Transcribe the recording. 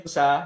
sa